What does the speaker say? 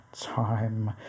time